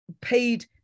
paid